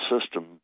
system